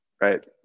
right